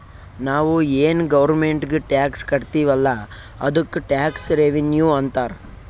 ನಾವು ಏನ್ ಗೌರ್ಮೆಂಟ್ಗ್ ಟ್ಯಾಕ್ಸ್ ಕಟ್ತಿವ್ ಅಲ್ಲ ಅದ್ದುಕ್ ಟ್ಯಾಕ್ಸ್ ರೆವಿನ್ಯೂ ಅಂತಾರ್